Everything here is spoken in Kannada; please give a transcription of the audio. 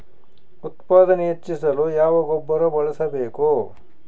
ಉತ್ಪಾದನೆ ಹೆಚ್ಚಿಸಲು ಯಾವ ಗೊಬ್ಬರ ಬಳಸಬೇಕು?